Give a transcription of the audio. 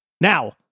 Now